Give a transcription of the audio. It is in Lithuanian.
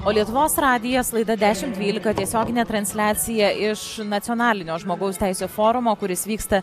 o lietuvos radijas laida dešimt dvylika tiesioginė transliacija iš nacionalinio žmogaus teisių forumo kuris vyksta